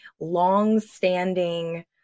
long-standing